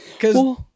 Because-